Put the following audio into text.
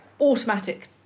Automatic